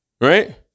right